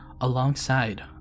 alongside